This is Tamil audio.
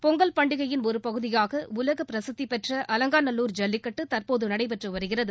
பொங்கல் பண்டிகையின் ஒரு பகுதியாக உலக பிரசித்திபெற்ற அலங்காநல்லூர் ஜல்லிக்கட்டு தற்போது நடைபெற்று வருகிறது